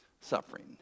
suffering